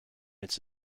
its